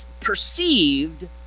perceived